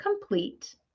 complete